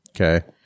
Okay